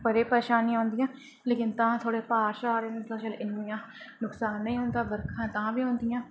बड़ियां परेशानियां औंदियां तां थोह्ड़े बांह् शाह् होंदियां नुक्सान निं होंदा बर्खा तांह् बी होंदियां